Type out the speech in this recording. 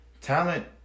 talent